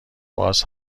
باز